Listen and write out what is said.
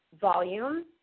volume